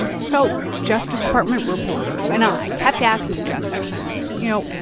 so justice department reporters and i kept asking jeff sessions, you know,